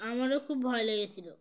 আমারও খুব ভয় লেগেছিলো